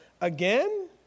Again